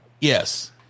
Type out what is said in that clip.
Yes